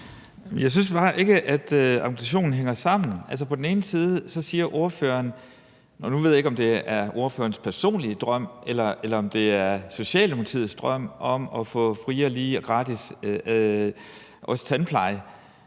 Jeg synes bare ikke, at det hænger sammen med ambitionen. Nu ved jeg ikke, om det er ordførerens personlige drøm eller det er Socialdemokratiets drøm at få fri og lige adgang også til gratis tandpleje,